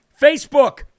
Facebook